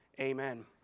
amen